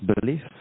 belief